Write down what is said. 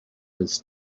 his